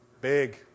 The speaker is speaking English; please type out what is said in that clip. Big